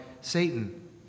Satan